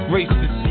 Racist